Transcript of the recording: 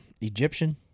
Egyptian